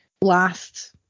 last